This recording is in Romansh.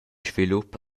svilup